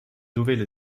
nouvelle